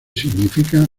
significa